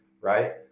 right